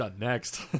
next